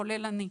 כולל אני,